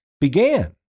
began